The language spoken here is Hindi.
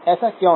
ऐसा क्यों है